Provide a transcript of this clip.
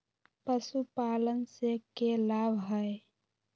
पशुपालन से के लाभ हय?